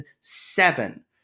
seven